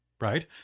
right